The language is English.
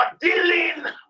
dealing